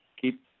keep